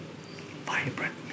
vibrant